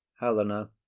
helena